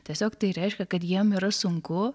tiesiog tai reiškia kad jiems yra sunku